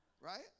Right